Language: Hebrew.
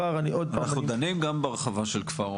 אנחנו דנים גם בהרחבה של כפר אורנים,